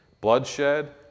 bloodshed